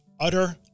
utter